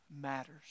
Matters